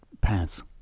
pants